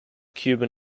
cuban